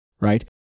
right